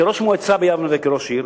כראש המועצה ביבנה וכראש עיר,